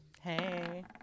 Hey